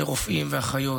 לרופאים ואחיות,